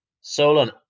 Solon